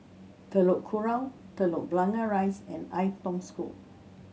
Telok Kurau Telok Blangah Rise and Ai Tong School